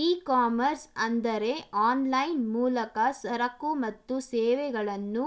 E commerce ಅಂದರೆ online ಮೂಲಕ ಸರಕು ಮತ್ತು ಸೇವೆಗಳನ್ನು